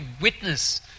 witness